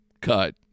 cut